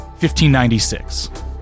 1596